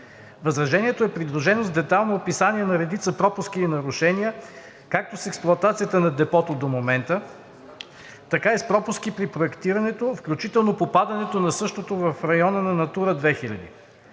Възражението е придружено с детайлно описание на редица пропуски и нарушения както с експлоатацията на депото до момента, така и с пропуски при проектирането, включително попадането на същото в района на „Натура 2000“.